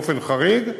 באופן חריג,